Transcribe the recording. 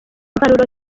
impanuro